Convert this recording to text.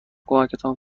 کمکتان